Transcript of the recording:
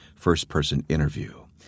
FirstPersonInterview